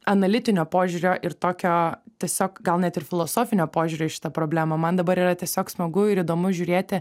analitinio požiūrio ir tokio tiesiog gal net ir filosofinio požiūrio į šitą problemą man dabar yra tiesiog smagu ir įdomu žiūrėti